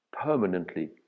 permanently